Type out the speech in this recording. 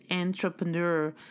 entrepreneur